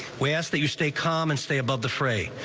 we ask that you stay calm and stay above the fray.